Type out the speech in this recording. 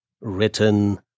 Written